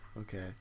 Okay